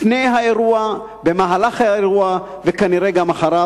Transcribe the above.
לפני האירוע, במהלך האירוע וכנראה גם אחריו.